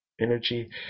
energy